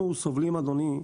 אנחנו סובלים, אדוני,